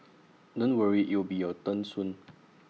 don't worry IT will be your turn soon